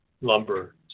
lumber